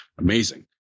amazing